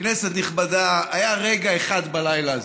כנסת נכבדה, היה רגע אחד בלילה הזה,